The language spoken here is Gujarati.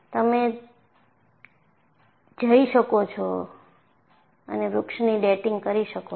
તમે જઈ શકો છો અને વૃક્ષની ડેટિંગ કરી શકો છો